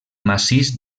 massís